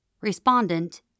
Respondent